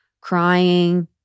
crying